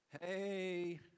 Hey